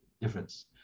difference